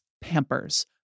Pampers